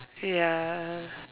ya